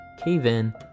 Cave-In